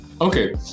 Okay